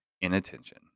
inattention